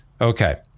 Okay